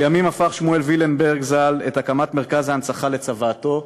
לימים הפך שמואל וילנברג ז"ל את מרכז ההנצחה לצוואתו,